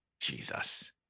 Jesus